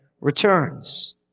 returns